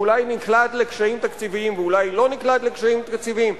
ואולי היא נקלעת לקשיים תקציביים ואולי היא לא נקלעת לקשיים תקציביים?